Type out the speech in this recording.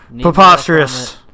Preposterous